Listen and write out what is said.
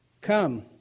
come